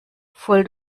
voll